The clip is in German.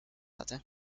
hatte